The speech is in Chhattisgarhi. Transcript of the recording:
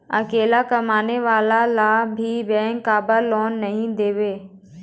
अकेला कमाने वाला ला भी बैंक काबर लोन नहीं देवे?